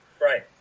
Right